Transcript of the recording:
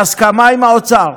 בהסכמה עם האוצר.